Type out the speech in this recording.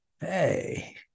Hey